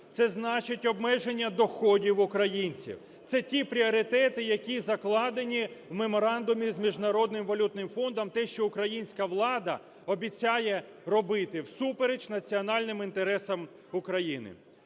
Це значить обмеження доходів українців. Це ті пріоритети, які закладені в меморандумі з Міжнародним валютним фондом, те, що українська влада обіцяє робити всупереч національним інтересам України.